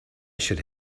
should